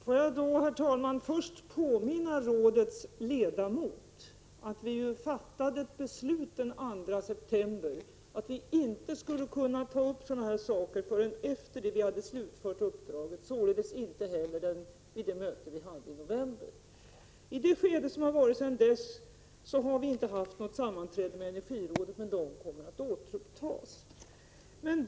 Herr talman! Jag vill först påminna rådets ledamot om att vi den 2 september fattade ett beslut om att vi inte skulle kunna ta upp sådana här saker förrän vi hade slutfört uppdraget. Vi kunde således inte heller ta upp detta vid mötet i november. Sedan dess har vi inte haft några sammanträden med energirådet, men de kommer att återupptas.